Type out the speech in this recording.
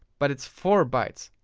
but it's four bytes,